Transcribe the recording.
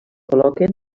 col·loquen